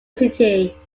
city